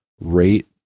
rate